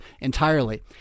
entirely